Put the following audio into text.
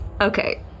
Okay